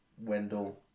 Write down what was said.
Wendell